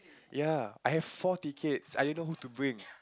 ya I have four tickets I don't know who to bring